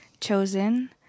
Chosen